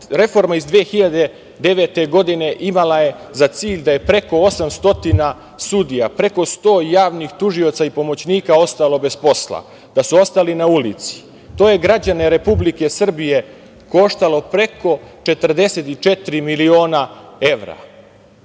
reforma iz 2009. godine imala je za cilj da je preko 800 sudija, preko 100 javnih tužilaca i pomoćnika ostalo bez posla, gde su ostali na ulici. To je građane Republike Srbije koštalo preko 44 miliona evra. Želim